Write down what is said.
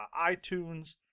iTunes